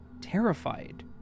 terrified